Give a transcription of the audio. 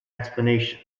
explanation